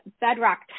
bedrock